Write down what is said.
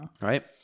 Right